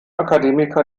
akademiker